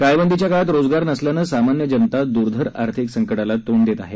टाळेबंदीच्या काळात रोजगार नसल्यानं सामान्य जनता द्र्धर आर्थिक संकटाला तोंड देत आहे